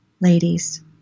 ladies